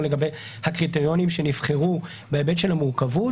לגבי הקריטריונים שנבחרו בהיבט של המורכבות.